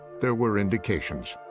there were indications.